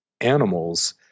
animals